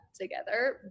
together